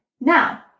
Now